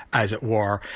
as it were,